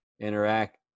interact